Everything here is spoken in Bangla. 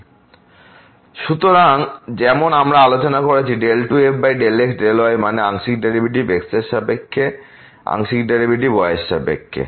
fxyxyx2y2xy≠00 0elsewhere সুতরাং যেমন আমরা আলোচনা করেছি 2f∂x∂y মানে আংশিক ডেরিভেটিভ x এর সাপেক্ষে আংশিক ডেরিভেটিভ y এ্ররসাপেক্ষে